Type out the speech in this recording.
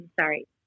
sorry